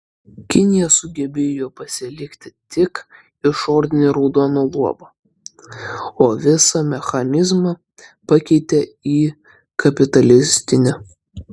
kinija sugebėjo pasilikti tik išorinį raudoną luobą o visą mechanizmą pakeitė į kapitalistinį